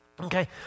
okay